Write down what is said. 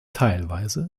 teilweise